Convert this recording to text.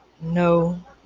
No